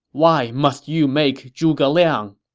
why must you make zhuge liang!